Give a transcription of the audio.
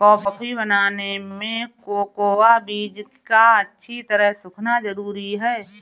coffee बनाने में cocoa बीज का अच्छी तरह सुखना जरूरी है